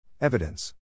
Evidence